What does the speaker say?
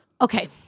Okay